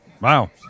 Wow